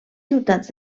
ciutats